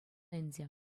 ӗнтӗ